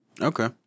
Okay